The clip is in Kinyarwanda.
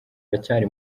uracyari